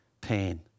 pain